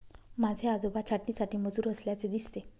माझे आजोबा छाटणीसाठी मजूर असल्याचे दिसते